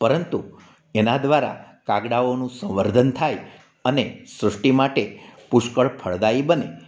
પરંતુ એના દ્વારા કાગડાઓનું સંવર્ધન થાય અને સૃષ્ટિ માટે પુષ્કળ ફળદાયી બને